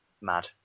mad